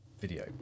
video